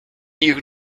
ihren